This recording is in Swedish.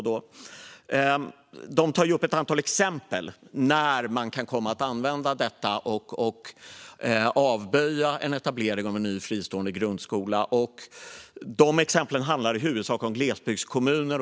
Det tas upp ett antal exempel för när man kan komma att använda detta och avböja en etablering av en ny fristående grundskola. Men de exemplen handlar i huvudsak om glesbygdskommuner.